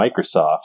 Microsoft